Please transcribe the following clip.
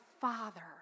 father